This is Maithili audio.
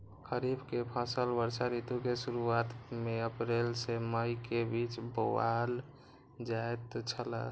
खरीफ के फसल वर्षा ऋतु के शुरुआत में अप्रैल से मई के बीच बौअल जायत छला